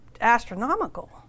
astronomical